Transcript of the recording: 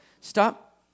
stop